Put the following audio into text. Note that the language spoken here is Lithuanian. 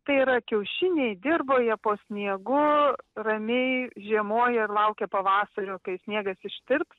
tai yra kiaušiniai dirvoje po sniegu ramiai žiemoja ir laukia pavasario kai sniegas ištirps